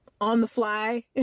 on-the-fly